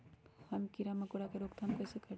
हम किरा मकोरा के रोक थाम कईसे करी?